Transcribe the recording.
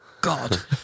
God